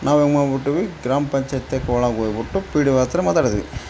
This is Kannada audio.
ನಾವು ಏನು ಮಾಡಿ ಬಿಟ್ಟು ಗ್ರಾಮ ಪಂಚಾಯ್ತೆಕ್ ಒಳಗೆ ಹೋಗ್ಬುಟ್ಟು ಪಿ ಡಿ ಓ ಹತ್ರ ಮಾತಾಡಿದ್ವಿ